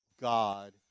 God